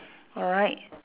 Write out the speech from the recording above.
alright